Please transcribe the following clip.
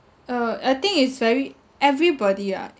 uh I think is very~ everybody ah